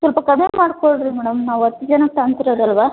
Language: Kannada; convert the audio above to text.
ಸ್ವಲ್ಪ ಕಡಿಮೆ ಮಾಡಿಕೊಳ್ರಿ ಮೇಡಮ್ ನಾವು ಹತ್ತು ಜನಕ್ಕೆ ತಾಂತಿರೋದಲ್ಲವಾ